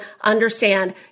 understand